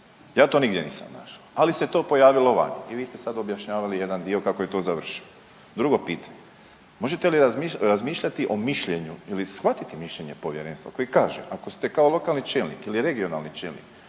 Ja to nigdje nisam našao, ali se to pojavilo vani i vi ste sad objašnjavali jedan dio kako je to završilo. Drugo pitanje, možete li razmišljati o mišljenju ili shvatiti mišljenje povjerenstva koji kaže ako ste kao lokalni čelnik ili regionalni čelnik